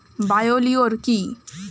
Bio লিওর কি?